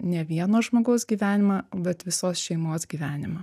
ne vieno žmogaus gyvenimą bet visos šeimos gyvenimą